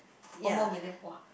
one more million !wah!